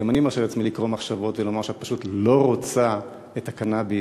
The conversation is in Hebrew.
גם אני מרשה לעצמי לקרוא מחשבות ולומר שאת פשוט לא רוצה את הקנאביס,